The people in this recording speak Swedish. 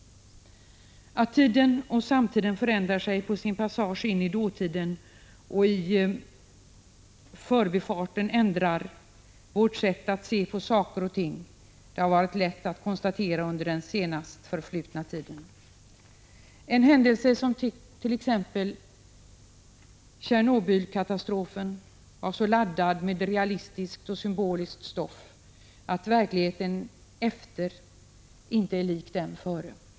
1985/86:155 förändrar sig under sin passage in i dåtiden och i förbifarten ändrar vårt sätt 29 maj 1986 att se på saker och ting har varit lätt att konstatera under den senast förflutna tiden. En händelse som t.ex. Tjernobylkatastrofen var så laddad med realistiskt och symboliskt stoft att verkligheten efter inte är lik den före.